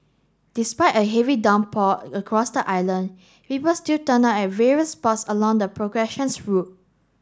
despite a heavy downpour across the island people still turned up at various spots along the progressions route